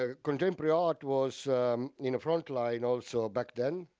ah contemporary art was in a front line also back then.